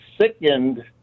sickened